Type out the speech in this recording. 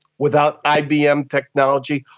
without ibm technology?